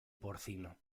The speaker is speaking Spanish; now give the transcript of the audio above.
porcino